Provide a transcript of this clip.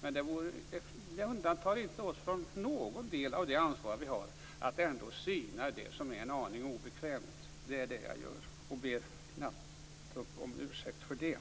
Men det undantar oss inte från någon del av det ansvar som vi har för att ändå syna det som är en aning obekvämt. Det är det jag gör, och jag ber inte om ursäkt om det.